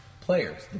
players